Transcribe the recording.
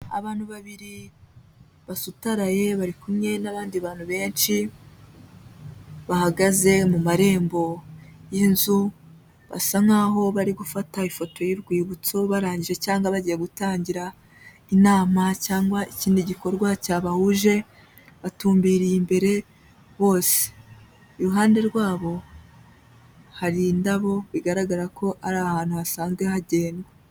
Abantu babiri basutaraye bari kumwe n'abandi bantu benshi bahagaze mu marembo y'inzu, basa nkaho bari gufata ifoto y'urwibutso barangije cyangwa bagiye gutangira inama cyangwa ikindi gikorwa cyabahuje, batumbiriye imbere bose. Iruhande rwabo hari indabo bigaragara ko ari ahantu hasanzwe hagendwa.